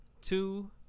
Two